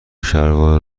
شلوار